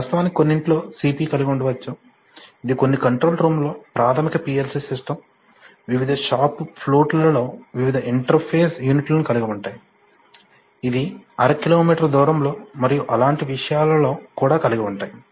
వాస్తవానికి కొన్నింటిలో CPU కలిగి ఉండవచ్చు ఇది కొన్ని కంట్రోల్ రూమ్లో ప్రాథమిక PLC సిస్టమ్ వివిధ షాపు ఫ్లోట్ లలో వివిధ ఇంటర్ఫేస్ యూనిట్లను కలిగి ఉంటాయి ఇది అర కిలోమీటర్ దూరంలో మరియు అలాంటి విషయాలలో కూడా కలిగి ఉంటాయి